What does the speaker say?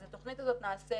אז התכנית הזאת נעשית,